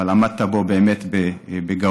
אבל עמדת בו באמת בגאון,